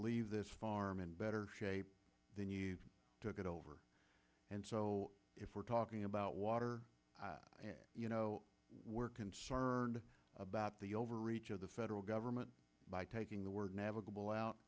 leave this farm in better shape then you took it over and so if we're talking about water you know we're concerned about the overreach of the federal government by taking the word